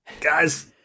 Guys